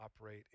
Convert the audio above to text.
operate